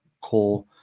core